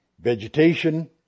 vegetation